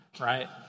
right